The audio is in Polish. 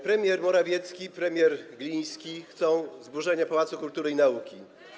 Premier Morawiecki i premier Gliński chcą zburzenia Pałacu Kultury i Nauki.